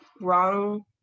Wrong